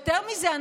יותר מזה,